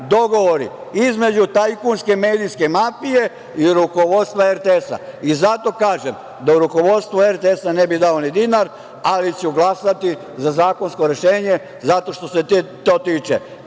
između tajkunske medijske mafije i rukovodstva RTS. Zato kažem da rukovodstvu RTS ne bih dao ni dinar, ali ću glasati za zakonsko rešenje, zato što se to tiče